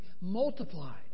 multiplied